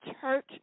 church